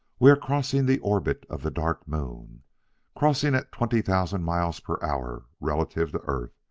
we are crossing the orbit of the dark moon crossing at twenty thousand miles per hour relative to earth,